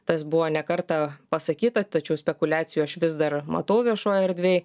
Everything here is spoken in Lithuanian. tas buvo ne kartą pasakyta tačiau spekuliacijų aš vis dar matau viešojoj erdvėj